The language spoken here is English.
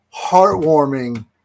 heartwarming